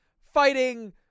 fighting